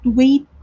wait